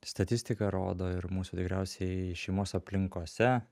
statistika rodo ir mūsų tikriausiai šeimos aplinkose